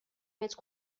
متر